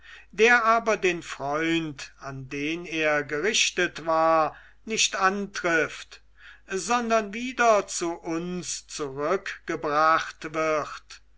der aber den freund an den er gerichtet war nicht antrifft sondern wieder zu uns zurückgebracht wird